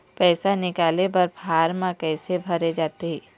पैसा निकाले बर फार्म कैसे भरे जाथे?